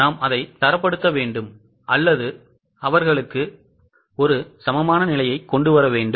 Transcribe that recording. நாம் அதை தரப்படுத்த வேண்டும் அல்லது அவர்களுக்கு ஒரு சமமான நிலையை கொண்டு வர வேண்டும்